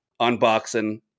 unboxing